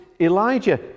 Elijah